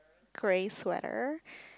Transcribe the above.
grey sweater